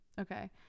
Okay